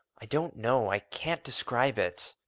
i don't know. i can't describe it.